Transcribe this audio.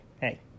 hey